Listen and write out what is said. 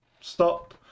Stop